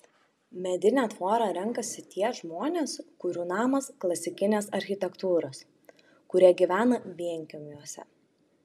medinę tvorą renkasi tie žmonės kurių namas klasikinės architektūros kurie gyvena vienkiemiuose